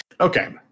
Okay